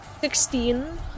sixteen